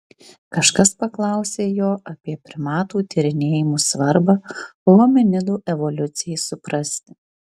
kažkas paklausė jo apie primatų tyrinėjimų svarbą hominidų evoliucijai suprasti